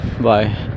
bye